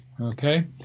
Okay